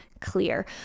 clear